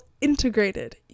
integrated